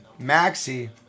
Maxi